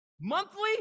monthly